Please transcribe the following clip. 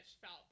felt